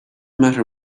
matter